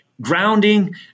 Grounding